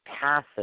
passive